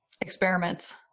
Experiments